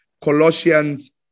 Colossians